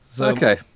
Okay